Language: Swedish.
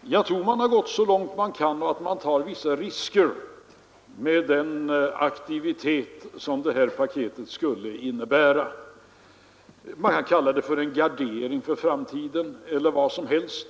jag tror man har gått så långt man kan och att man tar vissa risker med den aktivitet som det här paketet skulle innebära. Man kan kalla det en gardering för framtiden eller vad som helst.